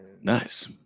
Nice